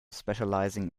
specialising